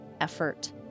effort